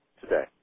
today